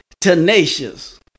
tenacious